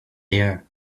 there